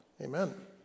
Amen